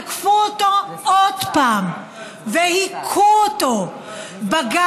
תקפו אותו עוד פעם והכו אותו בגב,